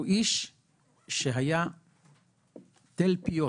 הוא איש שהיה תלפיות.